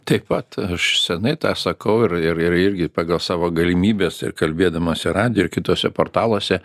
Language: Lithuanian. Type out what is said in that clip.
taip pat aš senai tą sakau ir ir ir irgi pagal savo galimybes ir kalbėdamas ir radijo ir kituose portaluose